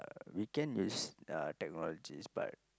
uh we can use uh technologies but